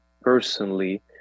personally